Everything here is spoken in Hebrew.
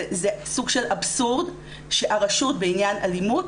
זה סוג של אבסורד שהרשות בעניין אלימות